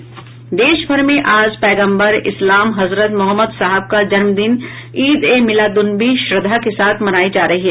देश भर में आज पैगम्बर इस्लाम हजरत मोहम्मद साहब का जन्मदिन ईद ए मिलाद्र्न्नबी श्रद्धा के साथ मनायी जा रही है